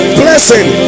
blessing